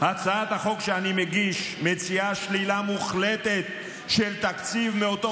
הצעת החוק שאני מגיש מציעה שלילה מוחלטת של תקציב מאותו